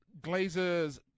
Glazers